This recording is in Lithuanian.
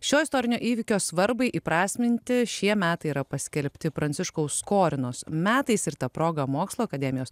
šio istorinio įvykio svarbai įprasminti šie metai yra paskelbti pranciškaus skorinos metais ir ta proga mokslų akademijos